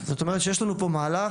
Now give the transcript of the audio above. זאת אומרת שיש לנו פה מהלך.